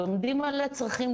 לומדים על הצרכים,